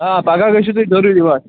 آ پَگاہ گٔژھِو تُہۍ ضروٗری واتٕنۍ